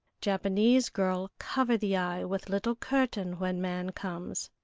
japanese girl cover the eye with little curtain when man comes.